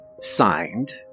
Signed